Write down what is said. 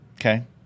Okay